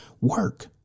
Work